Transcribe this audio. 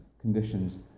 conditions